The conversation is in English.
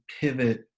pivot